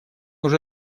уже